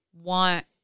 want